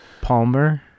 Palmer